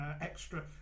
extra